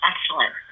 excellent